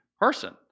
person